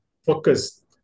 focus